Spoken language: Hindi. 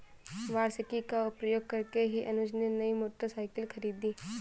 वार्षिकी का प्रयोग करके ही अनुज ने नई मोटरसाइकिल खरीदी